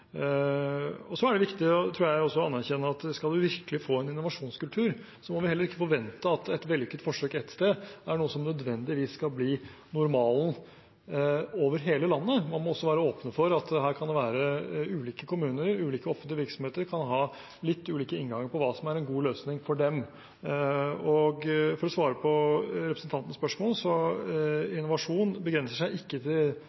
Så tror jeg det er viktig også å erkjenne at skal vi virkelig få en innovasjonskultur, må vi heller ikke forvente at et vellykket forsøk ett sted er noe som nødvendigvis skal bli normalen over hele landet. Man må også være åpne for at ulike kommuner og ulike offentlige virksomheter kan ha litt ulike innganger til hva som er en god løsning for dem. For å svare på representantens spørsmål: Innovasjon begrenser seg ikke til